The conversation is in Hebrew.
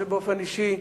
באופן אישי: